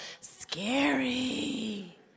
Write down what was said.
Scary